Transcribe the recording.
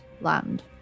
land